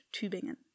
Tübingen